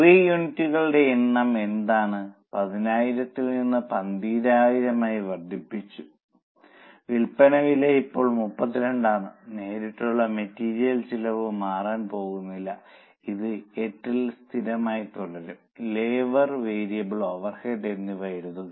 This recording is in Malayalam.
പുതിയ യൂണിറ്റുകളുടെ എണ്ണം എന്താണ് 10000 ൽ നിന്ന് 12000 ആയി വർദ്ധിച്ചു വിൽപ്പന വില ഇപ്പോൾ 32 ആണ് നേരിട്ടുള്ള മെറ്റീരിയൽ ചെലവ് മാറാൻ പോകുന്നില്ല ഇത് 8 ൽ സ്ഥിരമായി തുടരും ലേബർ വേരിയബിൾ ഓവർഹെഡുകൾ എന്നിവ എഴുതുക